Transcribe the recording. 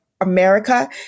America